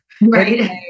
Right